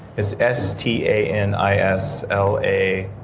it's s t a n i s l a,